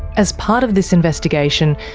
as part of this investigation,